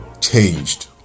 changed